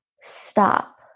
stop